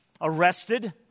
arrested